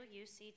uc